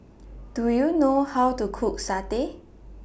Do YOU know How to Cook Satay